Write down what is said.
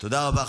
תודה רבה.